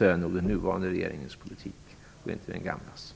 är det nog den nuvarande regeringens politik och inte den gamla regeringens.